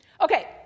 Okay